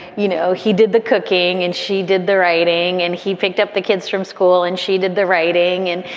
you know, he did the cooking and she did the writing and he picked up the kids from school and she did the writing and,